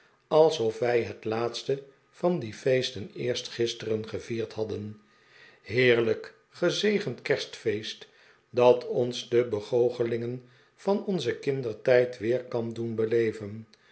alsof wij het laatste van die feesten eerst gisteren gevierd hadden heerlijk gezegend kerstfeest dat ons de begoochelingen van onzen kindertijd weer kan doen beleven